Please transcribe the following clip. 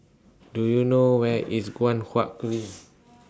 Do YOU know Where IS Guan Huat Kiln